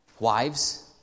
Wives